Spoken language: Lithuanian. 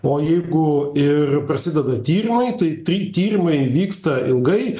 o jeigu ir prasideda tyrimai tai tai tyrimai vyksta ilgai